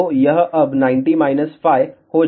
तो यह अब 90 φ हो जाएगा